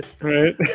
Right